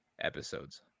episodes